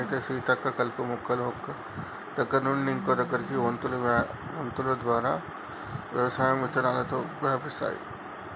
అయితే సీతక్క కలుపు మొక్కలు ఒక్క దగ్గర నుండి ఇంకో దగ్గరకి వొంతులు ద్వారా వ్యవసాయం విత్తనాలతోటి వ్యాపిస్తాయి